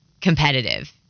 competitive